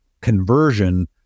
conversion